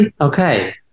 Okay